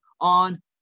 on